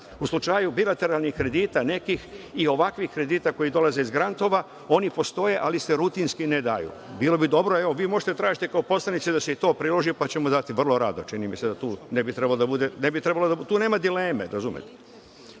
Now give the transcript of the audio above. U slučaju bilateralnih kredita nekih, i ovakvih kredita koji dolaze iz grantova, oni postoje ali se rutinski ne daju. Bilo bi dobro, evo vi možete da tražite kao poslanici da se i to priloži pa ćemo dati vrlo rado, čini mi se da tu ne bi trebalo da bude.. Tu nema dileme, razumete. Konačno,